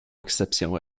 exception